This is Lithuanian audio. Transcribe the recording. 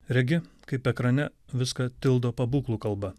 regi kaip ekrane viską tildo pabūklų kalba